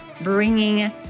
bringing